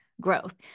growth